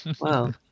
Wow